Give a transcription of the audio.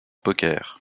poker